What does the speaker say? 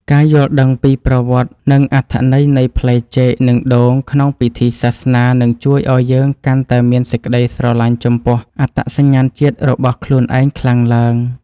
ការយល់ដឹងពីប្រវត្តិ និងអត្ថន័យនៃផ្លែចេក និងដូងក្នុងពិធីសាសនានឹងជួយឱ្យយើងកាន់តែមានសេចក្តីស្រឡាញ់ចំពោះអត្តសញ្ញាណជាតិរបស់ខ្លួនឯងខ្លាំងឡើង។